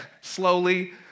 slowly